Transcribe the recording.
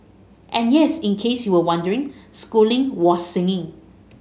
and yes in case you were wondering Schooling was singing